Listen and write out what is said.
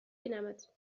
بینمت